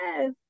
Yes